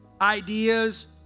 ideas